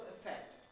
effect